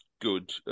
good